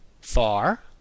Far